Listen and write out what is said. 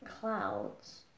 clouds